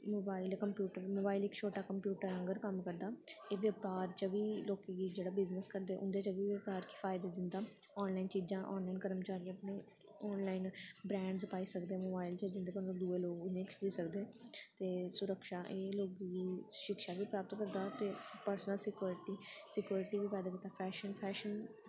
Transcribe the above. mobile इक computer mobile इक छोटा कंप्यूटर आंह्गर कम्म करदा एह्दे बाद च बी लोकी जेह्ड़े बिज़नस करदे उं'दे च बी काफी फायदे दिंदा आनलाइन चीज़ां आनलाइन कर्मचारी अपने आनलाइन ब्रैंड़स पाई सकदे मोबाइल च जिंदे कोला दूए लोक उनेंगी खरीदी सकदे ते एह् सुरक्षा एह् लोकें गी शिक्षा बी प्राप्त करदा ते पर्सनल सिकयोर्टी सिकयोर्टी बी पैदा करदा फैशन फैशन